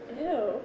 ew